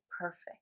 perfect